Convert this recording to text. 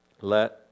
let